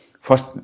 first